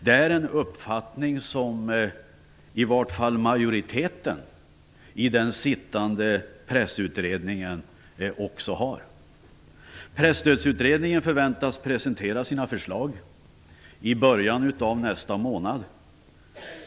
Det är en uppfattning som i alla fall majoriteten i den sittande pressutredningen också har. Presstödsutredningen förväntas presentera sina förslag i början av nästa månad.